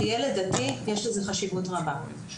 וכילד דתי יש לזה חשיבות רבה.